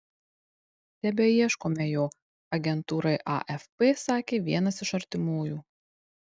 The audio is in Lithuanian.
tebeieškome jo agentūrai afp sakė vienas iš artimųjų